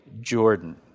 Jordan